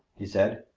he said.